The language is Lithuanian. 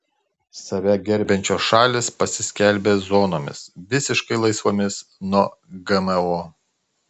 save gerbiančios šalys pasiskelbė zonomis visiškai laisvomis nuo gmo